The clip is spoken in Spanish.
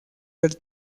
del